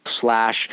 slash